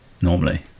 normally